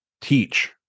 teach